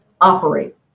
operate